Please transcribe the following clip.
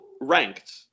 ranked